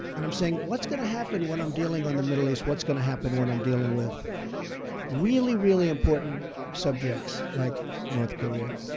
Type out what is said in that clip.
and i'm saying, what's going to happen when i'm dealing on the middle east? what's going to happen when i'm dealing with really, really important subjects like north korea?